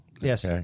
Yes